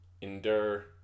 endure